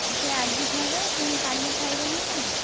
ସେ ଆଜି ଖାଇବେ ପୁଣି କାଲି ଖାଇବେ ନା ନାହିଁ